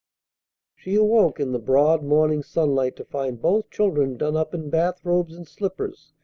she awoke in the broad morning sunlight to find both children done up in bath-robes and slippers,